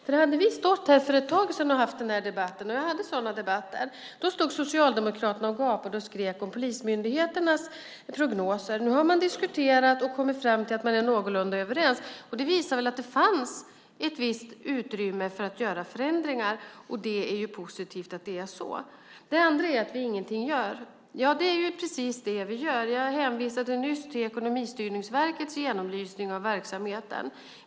När vi hade en sådan här debatt för ett tag sedan gapade och skrek Socialdemokraterna om polismyndigheternas prognoser. Nu har man diskuterat och kommit fram till att man är någorlunda överens. Det visar väl att det fanns ett visst utrymme för att göra förändringar. Det är positivt. Den andra tesen är att ni säger att jag ingenting gör. Jag hänvisade nyss till Ekonomistyrningsverkets genomlysning av verksamheten.